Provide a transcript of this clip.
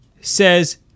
says